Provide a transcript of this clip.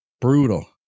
Brutal